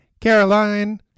caroline